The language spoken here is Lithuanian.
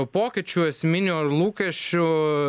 pokyčių esminių ar lūkesčių